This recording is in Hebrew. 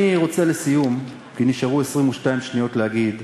אני רוצה, לסיום, כי נשארו לי 22 שניות, להגיד,